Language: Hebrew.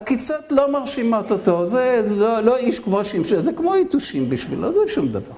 עקיצות לא מרשימות אותו, זה לא איש כמו שימשי, זה כמו יתושים בשבילו, זה שום דבר.